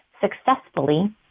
successfully